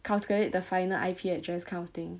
calculate the final I_P address kind of thing